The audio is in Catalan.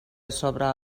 sobre